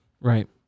Right